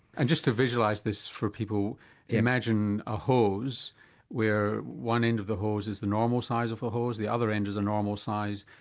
and just to visualise this for people imagine a hose where one end of the hose is the normal size of a hose, the other end is a normal size,